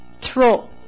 throw